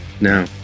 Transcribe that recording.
Now